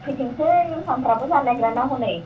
होफैथोंसै सानफ्राबो जानो नागिरा ना हनै